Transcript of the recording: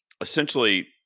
essentially